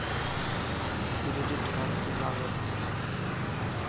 Credit card की लागत?